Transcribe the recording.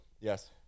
Yes